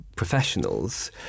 Professionals